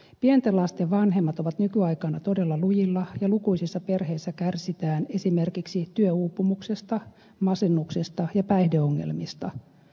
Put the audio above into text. pienten lasten vanhemmat ovat nykyaikana todella lujilla ja lukuisissa perheissä kärsitään esimerkiksi työuupumuksesta masennuksesta ja päihdeongelmista